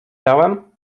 dałem